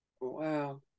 Wow